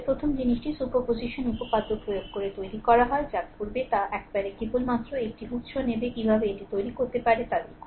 প্রথম জিনিসটি সুপারপজিশন উপপাদ্য প্রয়োগ করে তৈরি করা হয় যা করবে তা একবারে কেবলমাত্র একটি উত্স নেবে কীভাবে এটি তৈরি করতে পারে তা দেখুন